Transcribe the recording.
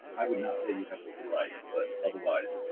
i would not say you have the right, but otherwise.